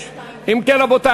רבותי,